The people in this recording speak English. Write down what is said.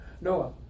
Noah